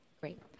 Great